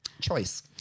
choice